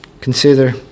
consider